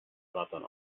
fraton